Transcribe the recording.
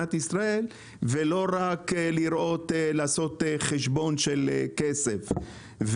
במדינת ישראל ולא רק לעשות חשבון של כסף.